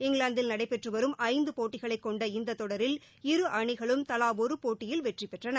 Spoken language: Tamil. இங்கிலாந்தில் நடைபெற்று வரும் ஐந்து போட்டிகளை கொண்ட இந்த தொடரில் இரு அணிகளும் தலா ஒரு போட்டியில் வெற்றிப்பெற்றன